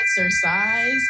Exercise